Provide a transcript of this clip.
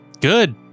Good